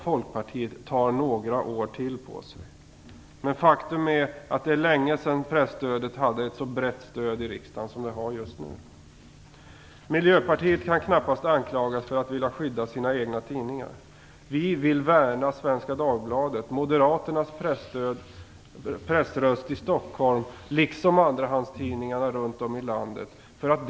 Folkpartiet tar några år till på sig. Men faktum är att det är länge sedan presstödet hade ett så brett stöd i riksdagen som det har just nu. Miljöpartiet kan knappast anklagas för att vilja skydda sina egna tidningar. Vi vill värna Svenska Dagbladet, moderaternas pressröst i Stockholm, liksom andrahandstidningarna runt om i landet.